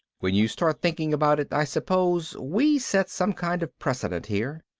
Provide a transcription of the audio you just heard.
when you start thinking about it, i suppose we set some kind of precedent here.